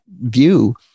view